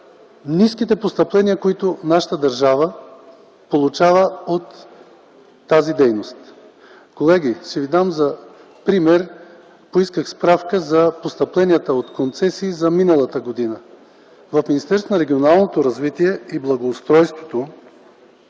ниските постъпления, които нашата държава получава от тази дейност. Ще дам пример. Поисках справка за постъпленията от концесии за миналата година. В Министерството на регионалното развитие и благоустройството